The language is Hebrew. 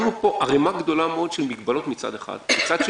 שמנו פה ערימה גדולה מאוד של מגבלות מצד אחד מצד שני,